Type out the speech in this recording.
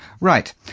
Right